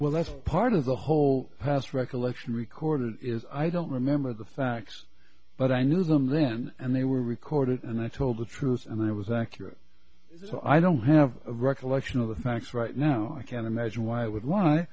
well that's part of the whole house recollection recorded is i don't remember the facts but i knew them then and they were recorded and i told the truth and i was accurate so i don't have a recollection of the facts right now i can't imagine why i would